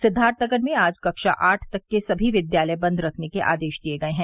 सिद्वार्थनगर में आज कक्षा आठ तक के सभी विद्यालय बंद रखने के आदेश दिए गये हैं